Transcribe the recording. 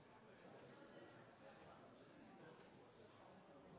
det kan